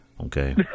Okay